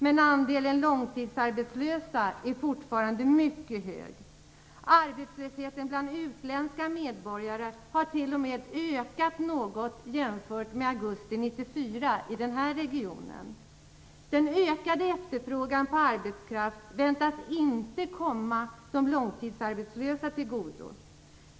Men andelen långtidsarbetslösa är fortfarande mycket stor. Arbetslösheten bland utländska medborgare har i den här regionen t.o.m. ökat något jämfört med augusti Den ökade efterfrågan på arbetskraft väntas inte komma de långtidsarbetslösa till godo.